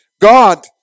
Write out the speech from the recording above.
God